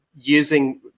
using